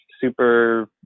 super